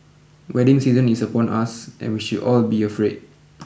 wedding season is upon us and we should all be afraid